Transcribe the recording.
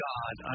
God